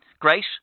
Great